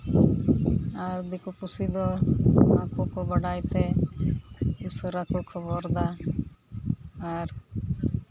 ᱟᱨ ᱫᱤᱠᱩ ᱯᱩᱥᱤ ᱫᱚ ᱚᱱᱟ ᱠᱚᱠᱚ ᱵᱟᱰᱟᱭ ᱛᱮ ᱩᱥᱟᱹᱨᱟ ᱠᱚ ᱠᱷᱚᱵᱚᱨᱫᱟ ᱟᱨ